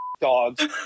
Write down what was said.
dogs